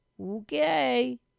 Okay